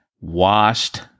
Washed